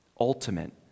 ultimate